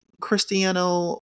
Cristiano